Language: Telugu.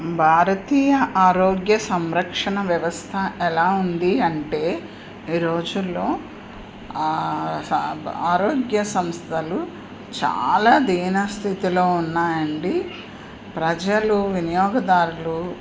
భారతీయ ఆరోగ్య సంరక్షణ వ్యవస్థ ఎలా ఉంది అంటే ఈ రోజుల్లో ఆరోగ్య సంస్థలు చాలా దీనస్థితిలో ఉన్నాయండి ప్రజలు వినియోగదారులు